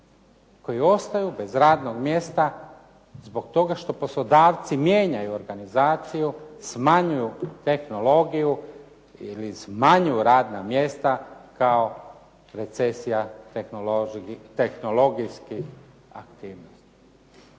koji ostaju bez radnog mjesta zbog toga što poslodavci mijenjaju organizaciju, smanjuju tehnologiju ili smanjuju radna mjesta kao recesija tehnologijskih aktivnosti.